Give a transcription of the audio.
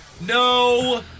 No